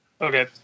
Okay